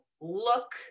look